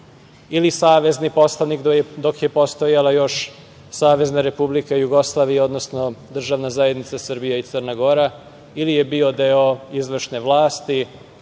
ili savezni poslanik dok je postojala još SRJ, odnosno državna zajednica Srbija i Crna Gora ili je bio deo izvršne vlasti